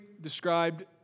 described